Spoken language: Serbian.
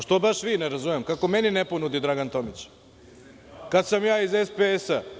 Što baš vi, ne razumem, kako meni ne ponudi Dragan Tomić, kada sam ja iz SPS?